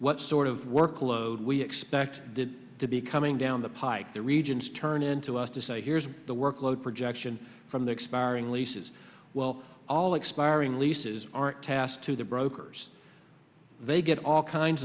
what sort of workload we expect to be coming down the pike the regions turn into us to say here's the workload projection from the expiring leases well all expiring leases are tasked to the brokers they get all kinds